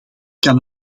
kan